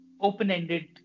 open-ended